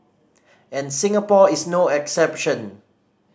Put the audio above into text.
and Singapore is no exception